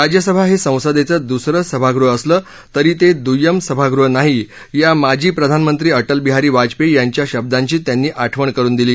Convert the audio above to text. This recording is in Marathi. राज्यसभा हे सद्दिचद्विसरसिभागृह असलविरी ते दुय्यम सभागृह नाही या माजी प्रधानमक्तीअटलबिहारी वाजपेयी याच्या शब्दाधी त्याती आठवण करून दिली